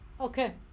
Okay